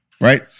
Right